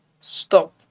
stop